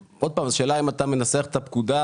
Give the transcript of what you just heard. השאלה אם אתה מנסח את הפקודה